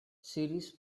series